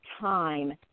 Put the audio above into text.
time